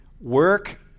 Work